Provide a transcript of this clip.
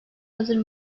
hazır